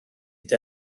hyd